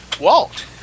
Walt